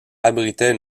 abritait